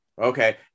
Okay